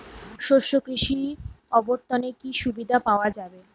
শস্য কৃষি অবর্তনে কি সুবিধা পাওয়া যাবে?